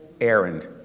errand